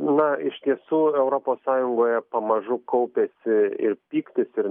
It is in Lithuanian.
na iš tiesų europos sąjungoje pamažu kaupiasi ir pyktis ir